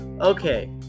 Okay